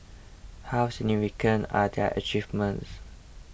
how significant are their achievements